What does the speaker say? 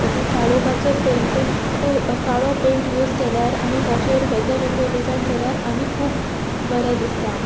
okay काळोखाचो paint काळो paint use केल्यार आनी ताचेर वेगळे वेगळे डिजायन केल्यार आनी खूब बरें दिसता